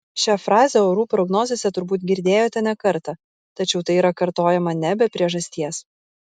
šią frazę orų prognozėse turbūt girdėjote ne kartą tačiau tai yra kartojama ne be priežasties